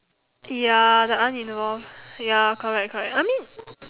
ya the uninvolved ya correct correct I mean